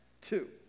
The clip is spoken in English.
two